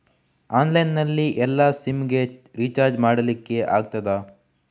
Online ನಲ್ಲಿ ಎಲ್ಲಾ SIM ಗೆ ರಿಚಾರ್ಜ್ ಮಾಡಲಿಕ್ಕೆ ಆಗ್ತದಾ?